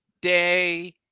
day